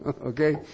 Okay